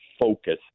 focus